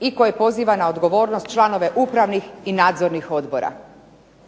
i koje poziva na odgovornost članove upravnih i nadzornih odbora.